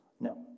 No